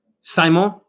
Simon